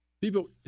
People